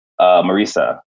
Marisa